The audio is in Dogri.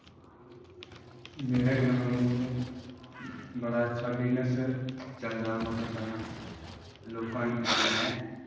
मेरै ग्रांऽ बड़ा अच्छा बिजनस चलदा मती तरां दा लोकां कन्नै